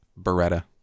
Beretta